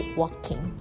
walking